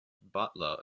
butler